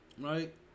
Right